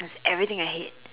everything I hate